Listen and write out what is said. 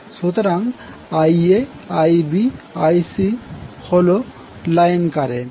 সুতরাং Ia Ib Ic হল line current